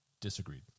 disagreed